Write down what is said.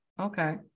Okay